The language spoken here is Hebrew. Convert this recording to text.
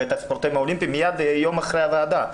ואת הספורטאים האולימפיים מיד יום אחרי הוועדה.